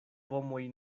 pomoj